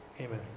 amen